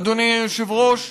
אדוני היושב-ראש,